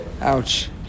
Ouch